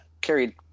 carried